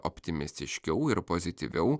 optimistiškiau ir pozityviau